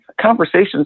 conversations